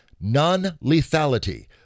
Non-Lethality